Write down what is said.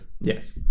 yes